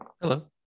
hello